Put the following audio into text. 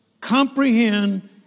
comprehend